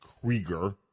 Krieger